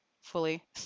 fully